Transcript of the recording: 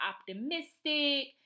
optimistic